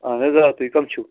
اَہَن حظ آ تُہۍ کَم چھِو